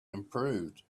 improved